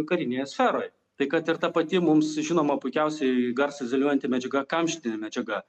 karinėje sferoj tai kad ir ta pati mums žinoma puikiausiai garsą izoliuojanti medžiaga kamštinė medžiaga